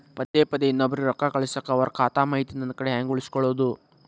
ಪದೆ ಪದೇ ರೊಕ್ಕ ಇನ್ನೊಬ್ರಿಗೆ ಕಳಸಾಕ್ ಅವರ ಖಾತಾ ಮಾಹಿತಿ ನನ್ನ ಕಡೆ ಹೆಂಗ್ ಉಳಿಸಿಕೊಳ್ಳೋದು?